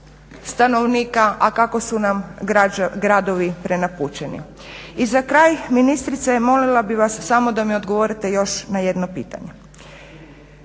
stanovnika, a kako su nam gradovi prenapučeni. I za kraj ministrice molila bih vas samo da mi odgovorite još na jedno pitanje.